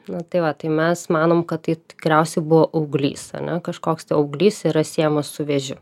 nu tai va tai mes manom kad tai tikriausiai buvo auglys ar ne kažkoks tai auglys yra siejamas su vėžiu